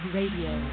Radio